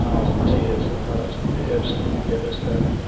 um was in tears, i was absolutely devastated.